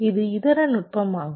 இது இதர நுட்பமாகும்